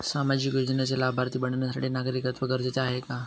सामाजिक योजनेचे लाभार्थी बनण्यासाठी नागरिकत्व गरजेचे आहे का?